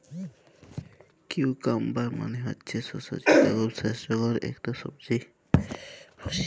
cucumber মালে হছে শসা যেট খুব স্বাস্থ্যকর ইকট সবজি